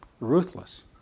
ruthless